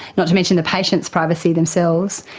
not to mention the patients' privacy themselves.